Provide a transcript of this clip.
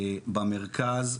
במרכז,